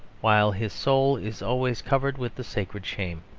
while his soul is always covered with the sacred shame.